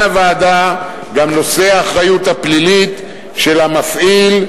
הוועדה גם את נושא האחריות הפלילית של המפעיל,